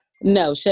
No